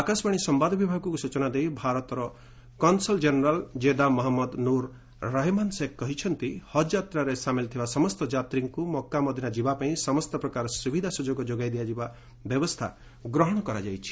ଆକାଶବାଣୀ ସମ୍ଭାଦ ବିଭାଗକୁ ସ୍ନଚନା ଦେଇ Bharat consul general Jeddah Mohammad Nur Rahman Sheikh କହିଛନ୍ତି ହଜ୍ଯାତ୍ରାରେ ସାମିଲ୍ ଥିବା ସମସ୍ତ ଯାତ୍ରୀଙ୍କୁ ମକ୍କା ମଦିନା ଯିବାପାଇଁ ସମସ୍ତ ପ୍ରକାର ସୁବିଧା ସୁଯୋଗ ଯୋଗାଇ ଦିଆଯିବା ବ୍ୟବସ୍ଥା ଗ୍ରହଣ କରାଯାଇଛି